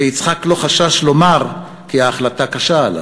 ויצחק לא חשש לומר כי ההחלטה קשה עליו.